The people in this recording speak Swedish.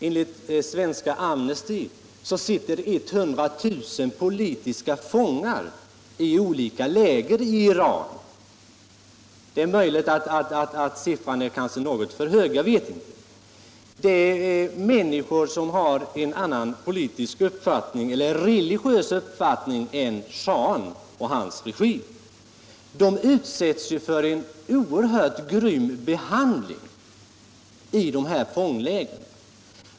Enligt svenska sektionen av Amnesty International sitter 100 000 politiska fångar i olika läger i Iran. Det är möjligt att siffran är något för hög — det vet jag inte. Dessa människor har en annan politisk eller religiös uppfattning än schahen och hans regim. De utsätts för en oerhört grym behandling i fånglägren.